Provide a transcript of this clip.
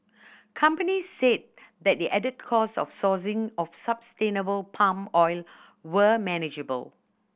companies said that the added costs of sourcing of sustainable palm oil were manageable